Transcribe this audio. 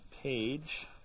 page